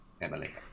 Emily